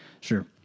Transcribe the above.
Sure